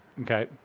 Okay